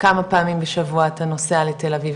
כמה פעמים בשבוע אתה נוסע לתל אביב?